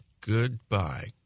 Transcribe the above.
Goodbye